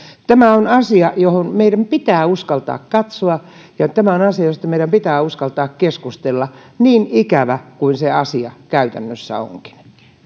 tämä on asia johon meidän pitää uskaltaa katsoa ja tämä on asia josta meidän pitää uskaltaa keskustella niin ikävä kuin se asia käytännössä onkin